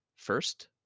first